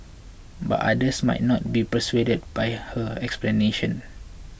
but others might not be so persuaded by her explanation